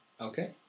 Okay